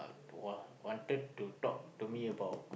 uh want wanted to talk to me about